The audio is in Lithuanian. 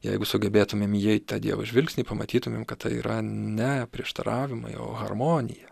jeigu sugebėtumėm įeit į tą dievo žvilgsnį pamatytumėm kad tai yra ne prieštaravimai o harmonija